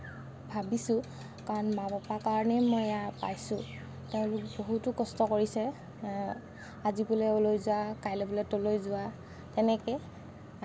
ভাবিছোঁ কাৰণ মা পাপাৰ কাৰণেই মই এয়া পাইছোঁ তেওঁলোক বহুতো কষ্ট কৰিছে আজি বোলে অলৈ যোৱা কাইলৈ বোলে তলৈ যোৱা এনেকৈ